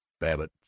Babbitt